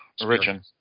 origin